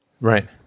Right